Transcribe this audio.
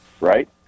right